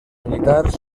militars